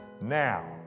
Now